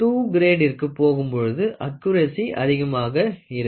II கிரேடிற்கு போகும் பொழுது அக்குரசி அதிகமாக இருக்கும்